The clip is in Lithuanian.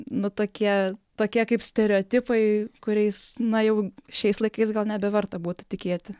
nu tokie tokie kaip stereotipai kuriais na jau šiais laikais gal nebeverta būtų tikėti